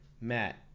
Matt